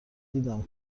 دیدم